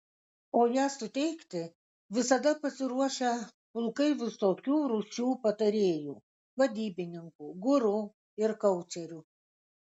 o ją suteikti visada pasiruošę pulkai visokių rūšių patarėjų vadybininkų guru ir koučerių